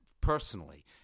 personally